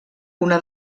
una